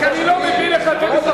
רק אני לא מבין איך אתם,